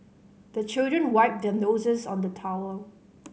the children wipe their noses on the towel